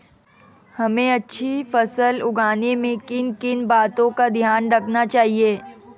हमें अच्छी फसल उगाने में किन किन बातों का ध्यान रखना चाहिए?